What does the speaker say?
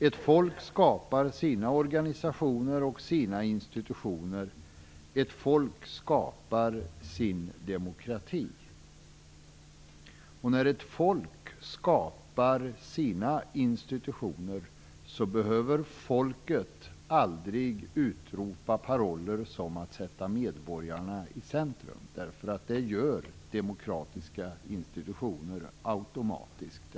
Ett folk skapar sina organisationer och institutioner. Ett folk skapar sin demokrati. När ett folk skapar sina institutioner behöver folket aldrig utropa paroller om att sätta medborgarna i centrum, därför att det gör demokratiska institutioner automatiskt.